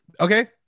okay